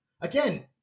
again